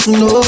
no